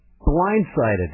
blindsided